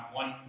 one